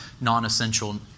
non-essential